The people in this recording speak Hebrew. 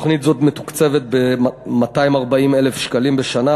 תוכנית זו מתוקצבת ב-240,000 שקלים בשנה